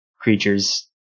creatures